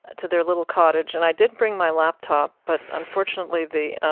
to their little cottage, and i did bring my laptop, but unfortunately, the,